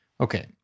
Okay